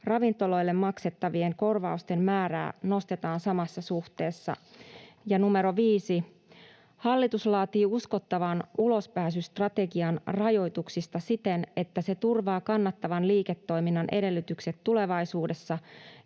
ravintoloille maksettavien korvausten määrää nostetaan samassa suhteessa. 5) Hallitus laatii uskottavan ulospääsystrategian rajoituksista siten, että se turvaa kannattavan liiketoiminnan edellytykset tulevaisuudessa